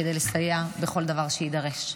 כדי לסייע בכל דבר שיידרש.